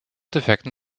defekten